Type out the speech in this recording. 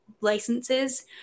licenses